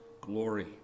glory